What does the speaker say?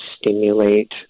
stimulate